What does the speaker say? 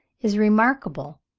is remarkable,